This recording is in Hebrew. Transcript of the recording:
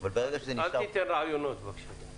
אל תיתן רעיונות, בבקשה.